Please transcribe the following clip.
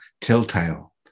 Telltale